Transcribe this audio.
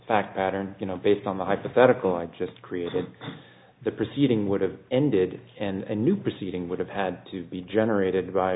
fact pattern you know based on the hypothetical i just created the proceeding would have ended and new proceeding would have had to be generated by